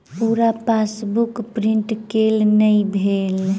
पूरा passbook print केल नहि भेल